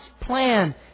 plan